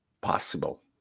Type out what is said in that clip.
possible